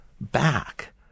back